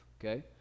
Okay